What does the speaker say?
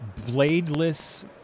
bladeless